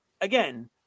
again